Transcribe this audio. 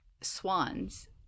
swans